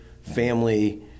Family